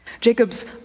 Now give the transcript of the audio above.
Jacob's